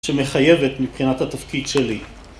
שמחייבת מבחינת התפקיד שלי.